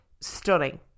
stunning